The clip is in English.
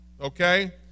okay